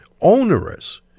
onerous